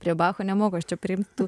prie bako nemoku aš čia priimt tų